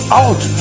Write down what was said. out